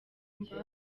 kumva